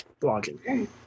blogging